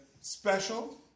Special